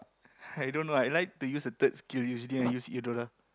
i don't know I like to use a third skill usually I use Eudora